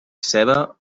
ceba